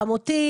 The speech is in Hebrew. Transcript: חמותי,